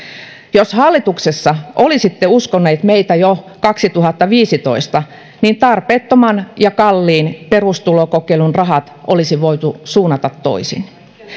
jos hallituksessa olisitte uskoneet meitä jo kaksituhattaviisitoista niin tarpeettoman ja kalliin perustulokokeilun rahat olisi voitu suunnata toisin